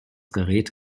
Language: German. gerät